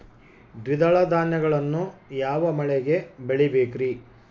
ದ್ವಿದಳ ಧಾನ್ಯಗಳನ್ನು ಯಾವ ಮಳೆಗೆ ಬೆಳಿಬೇಕ್ರಿ?